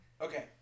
Okay